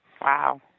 Wow